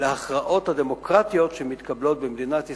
להכרעות הדמוקרטיות שמתקבלות במדינת ישראל,